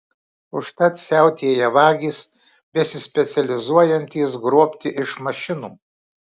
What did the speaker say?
užtat siautėja vagys besispecializuojantys grobti iš mašinų